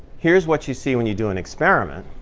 here's what you see when you do an experiment.